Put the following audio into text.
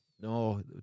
No